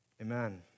Amen